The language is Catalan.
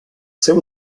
seu